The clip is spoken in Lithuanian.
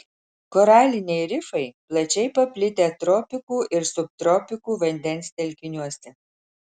koraliniai rifai plačiai paplitę tropikų ir subtropikų vandens telkiniuose